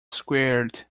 squared